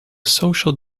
social